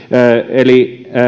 eli